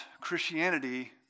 Christianity